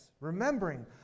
Remembering